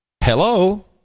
Hello